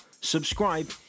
subscribe